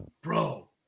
bro